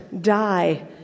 die